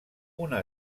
una